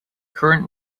current